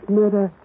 murder